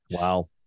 Wow